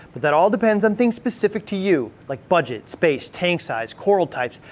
but that all depends on things specific to you like budget, space, tank size, coral types,